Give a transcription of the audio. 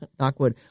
Knockwood